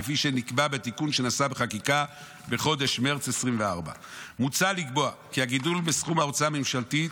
כפי שנקבע בתיקון שנעשה בחקיקה בחודש מרץ 2024. מוצע לקבוע כי הגידול בסכום ההוצאה הממשלתית